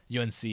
unc